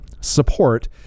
support